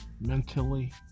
mentally